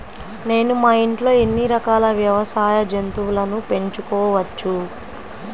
నేను మా ఇంట్లో ఎన్ని రకాల వ్యవసాయ జంతువులను పెంచుకోవచ్చు?